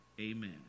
amen